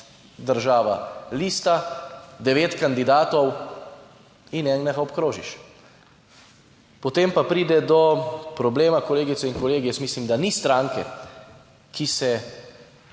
država lista devet kandidatov in enega obkrožiš. Potem pa pride do problema, kolegice in kolegi, jaz mislim, da ni stranke, ki se